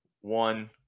one